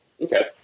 Okay